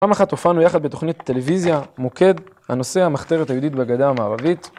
פעם אחת הופענו יחד בתוכנית טלוויזיה, "מוקד", הנושא: המחתרת היהודית בגדה המערבית.